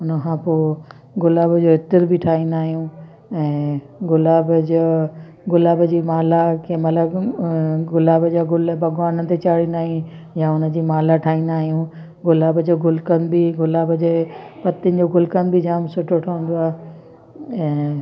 उन खां पोइ गुलाब जो इत्र बि ठाहींदा आहियूं ऐं गुलाब जो गुलाब जी माला कंहिंमहिल गुलाब जा गुल भॻवान ते चाणींदा आहे या उन जी माला ठाहींदा आहियूं गुलाब जो गुलकनि बि गुलाब जे पत्तियुनि जो गुलकन बि जाम सुठो ठहंदो आहे ऐं